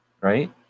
right